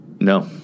No